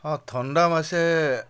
ହଁ ଥଣ୍ଡା ମାସେ